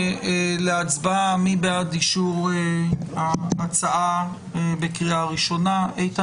כרגע הדבר עבר שינוי בקריאה הראשונה רק כדי לקדם